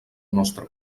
nostre